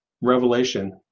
revelation